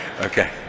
Okay